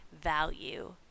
value